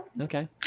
Okay